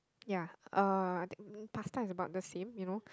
ya uh pasta is about the same you know